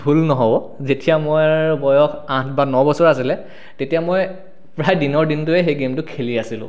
ভুল নহ'ব যেতিয়া মোৰ বয়স আঠ বা ন বছৰ আছিলে তেতিয়া মই প্ৰায় দিনৰ দিনটোৱে সেই গেমটো খেলি আছিলোঁ